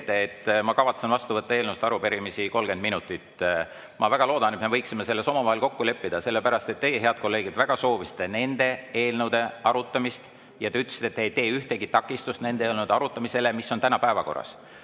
ma kavatsen vastu võtta eelnõusid ja arupärimisi 30 minutit. Ma väga loodan, et me suudame selles omavahel kokku leppida, sellepärast et teie, head kolleegid, väga soovisite nende eelnõude arutamist ja ütlesite, et te ei tee ühtegi takistust nende eelnõude arutamisele, mis on täna päevakorras.